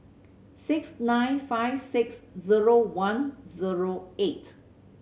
six nine five six zero one zero eight